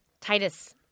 Titus –